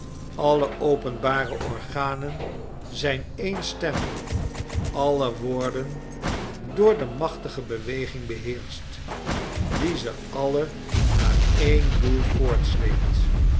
alle openbare organen zijn ééne stem alle worden door de machtige beweging beheerscht die ze alle naar één doel